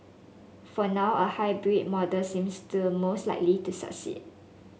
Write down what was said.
for now a hybrid model seems the most likely to succeed